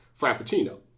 Frappuccino